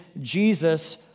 Jesus